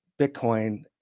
Bitcoin